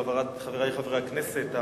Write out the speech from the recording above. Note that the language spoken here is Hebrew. חברי חברי הכנסת,